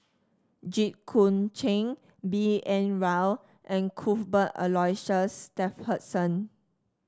Jit Koon Ch'ng B N Rao and Cuthbert Aloysius Shepherdson